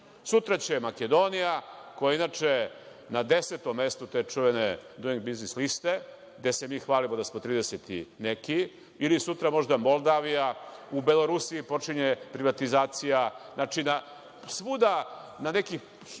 Sutra će Makedonija koja je inače na desetom mestu te čuvene Duing biznis liste, gde se mi hvalimo da smo trideset i neki ili sutra možda Moldavija, u Belorusiji počinje privatizacija. Znači, svuda na nekih